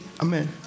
Amen